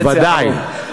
ודאי.